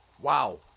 Wow